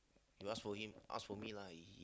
you ask for him ask for me lah